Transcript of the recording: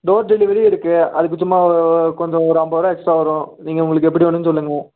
door delivery இருக்கு அதுக்கு சும்மா ஒரு கொஞ்சம் ஒரு ஐம்பதுருவா எக்ஸ்ட்ரா வரும் நீங்கள் உங்களுக்கு எப்படி வேணும் சொல்லுங்கள்